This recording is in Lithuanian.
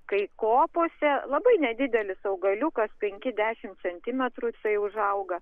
kai kopose labai nedidelis augaliukas penki dešimt centimetrų jisai užauga